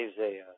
Isaiah